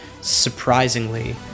surprisingly